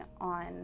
on